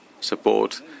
support